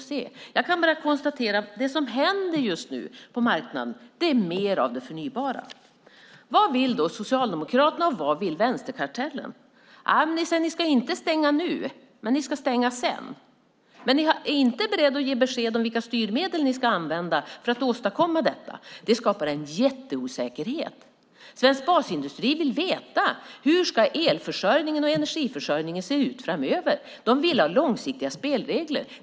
Jag kan bara konstatera att det som händer just nu på marknaden är att det blir mer av det förnybara. Vad vill då Socialdemokraterna, och vad vill vänsterkartellen? Ni säger att ni inte ska stänga nu, men ni ska stänga sedan. Men ni är inte beredda att ge besked om vilka styrmedel ni ska använda för att åstadkomma detta. Det skapar en jätteosäkerhet. Svensk basindustri vill veta: Hur ska elförsörjningen och energiförsörjningen se ut framöver? De vill ha långsiktiga spelregler.